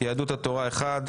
יהדות התורה אחד,